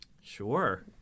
Sure